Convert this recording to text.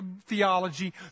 theology